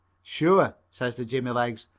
sure, says the jimmy-legs,